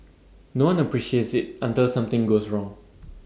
no one appreciates IT until something goes wrong